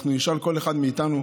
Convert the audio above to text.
אם נשאל כל אחד מאיתנו,